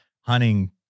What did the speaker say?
hunting